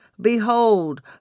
Behold